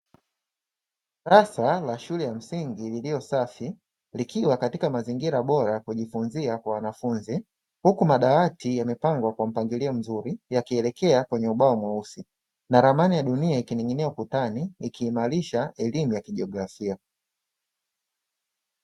Darasa la shule ya msingi lililo safi, likiwa katika mazingira bola ya kujifunzia kwa wanafunzi, huku madawati yamepangwa kwa mpangilio mzuri yakielekea kwenye ubao mweusi na ramani ya dunia ikining'inia ukutani ikimanisha elemu ya kijiografia.